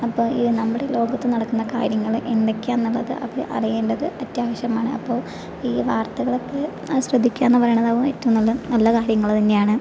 അപ്പം ഈ നമ്മുടെ ലോകത്തു നടക്കുന്ന കാര്യങ്ങൾ എന്തൊക്കെയാന്നുള്ളത് അവർ അറിയേണ്ടത് അത്യാവശ്യമാണ് അപ്പോ ഈ വാർത്തകളൊക്കെ ശ്രദ്ധിക്കാന്ന് പറയണതാവും ഏറ്റവും നല്ല നല്ല കാര്യങ്ങൾ തന്നെയാണ്